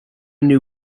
new